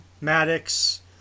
Maddox